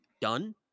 done